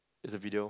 it's a video